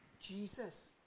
Jesus